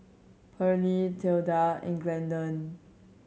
Pearlie Tilda and Glendon